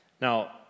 Now